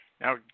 Now